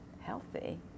healthy